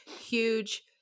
huge